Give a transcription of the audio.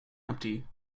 empty